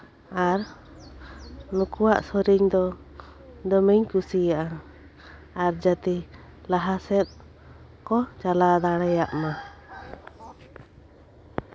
ᱟᱨ ᱱᱩᱠᱩᱣᱟᱜ ᱥᱮᱨᱮᱧ ᱫᱚ ᱫᱚᱢᱮᱧ ᱠᱩᱥᱤᱭᱟᱜᱼᱟ ᱟᱨ ᱡᱟᱛᱮ ᱞᱟᱦᱟᱥᱮᱡ ᱠᱚ ᱪᱟᱞᱟᱣ ᱫᱟᱲᱮᱭᱟᱜᱼᱢᱟ